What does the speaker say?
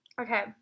okay